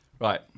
Right